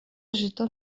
żyto